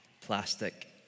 plastic